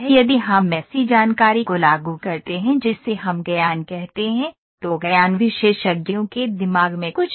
यदि हम ऐसी जानकारी को लागू करते हैं जिसे हम ज्ञान कहते हैं तो ज्ञान विशेषज्ञों के दिमाग में कुछ है